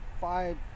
five